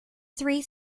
three